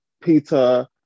Peter